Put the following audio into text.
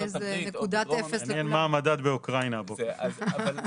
מעניין מה המדד באוקראינה הבוקר.